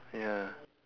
ya